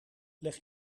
leg